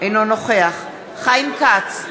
אינו נוכח חיים כץ,